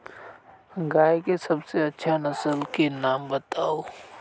गाय के सबसे अच्छा नसल के नाम बताऊ?